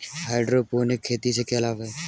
Hydroponic खेती से क्या लाभ हैं?